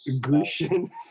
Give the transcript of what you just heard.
Grecian